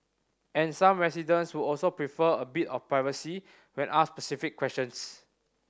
and some residents would also prefer a bit of privacy when asked specific questions